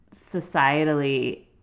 societally